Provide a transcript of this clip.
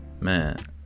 man